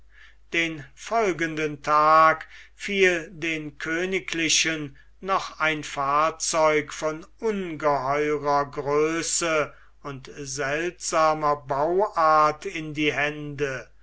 den folgenden tag fiel den königlichen noch ein fahrzeug von ungeheurer größe und seltsamer bauart in die hände